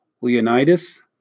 Leonidas